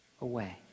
away